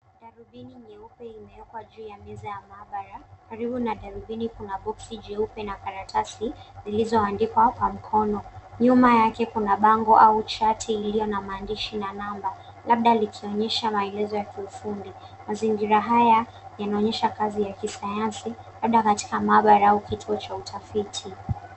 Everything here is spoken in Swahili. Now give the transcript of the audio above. Darubini nyeupe imeekwa juu ya meza ya maabara. Karibu na darubini kuna boksi jeupe na karatasi zilizoandikwa kwa mkono. Nyuma yake kuna bango au chati iliyo na maandishi na namba, labda likionyesha maelezo ya kiufundi. Mazingira haya yanaonyesha kazi ya Kisayansi, labda katika maabara au kituo cha utafiti.